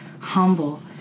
humble